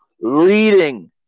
leading